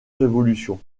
révolutions